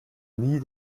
nie